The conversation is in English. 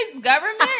government